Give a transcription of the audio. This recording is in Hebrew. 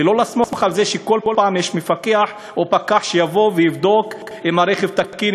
ולא לסמוך על זה שכל פעם יש מפקח או פקח שיבוא ויבדוק אם הרכב תקין,